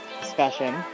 discussion